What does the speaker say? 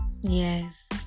Yes